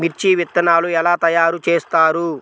మిర్చి విత్తనాలు ఎలా తయారు చేస్తారు?